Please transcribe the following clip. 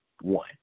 one